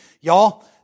Y'all